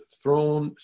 throne